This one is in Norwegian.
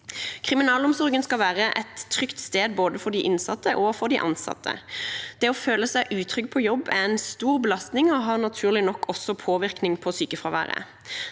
Kriminalomsorgen skal være et trygt sted, både for de innsatte og for de ansatte. Å føle seg utrygg på jobb er en stor belastning og har naturlig nok også påvirkning på sykefraværet.